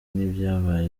nk’ibyabaye